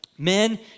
Men